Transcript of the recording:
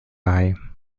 oreille